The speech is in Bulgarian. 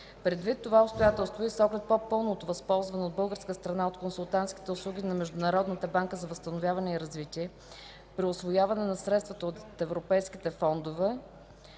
Предвид това обстоятелство и с оглед по-пълното възползване от българска страна от консултантските услуги на Международната банка за възстановяване и развитие при усвояването на средствата от европейските фондове